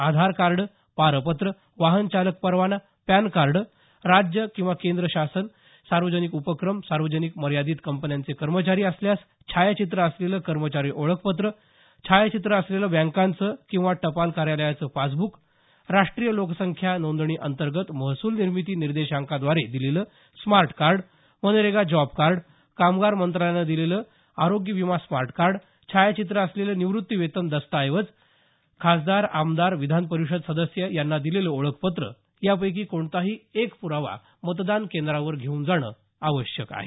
आधार card पारपत्र वाहन चालक परवाना पॅनकार्ड राज्यकेंद्र शासन सार्वजनिक उपक्रम सार्वजनिक मर्यादित कंपन्यांचे कर्मचारी असल्यास छायाचित्र असलेलं कर्मचारी ओळखपत्र छायाचित्र असलेलं बँकांचंटपाल कार्यालयाचं पासबुक राष्ट्रीय लोकसंख्या नोंदणी अंतगंत महसूल निर्मिती निर्देशांकाद्वारे दिलेलं स्मार्टकार्ड मनरेगा जॉबकार्ड कामगार मंत्रालयानं दिलेलं आरोग्य विमा स्मार्टकार्ड छायाचित्र असलेलं निवृत्तीवेतन दस्तावेज खासदार आमदार विधानपरिषद सदस्य यांना दिलेलं ओळखपत्र यापैकी कोणताही एका प्रावा मतदान केंद्रावर घेऊन जाणं आवश्यक आहे